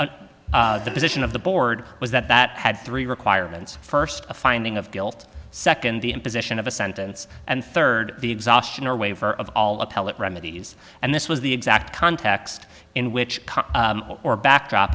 he position of the board was that that had three requirements first a finding of guilt second the imposition of a sentence and third the exhaustion or waiver of all appellate remedies and this was the exact context in which or backdrop